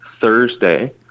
Thursday